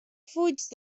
fuig